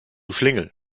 schlingel